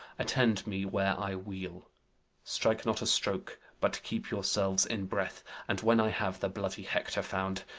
attend me where i wheel strike not a stroke, but keep yourselves in breath and when i have the bloody hector found,